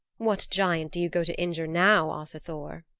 what giant do you go to injure now, asa thor?